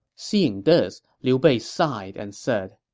seeing this, liu bei sighed and said,